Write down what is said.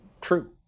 true